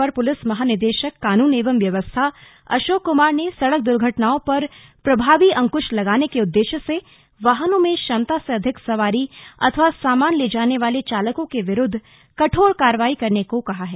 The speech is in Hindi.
अपर पुलिस महानिदेशक कानून एवं व्यवस्था अशोक कमार ने सड़क द्र्घटनाओं पर प्रभावी अंकृश लगाने के उददेश्य से वाहनों में क्षमता से अधिक सवारी अथवा सामान ले जाने वाले चालकों के विरूद्व कठोर कार्यवाही करने को कहा है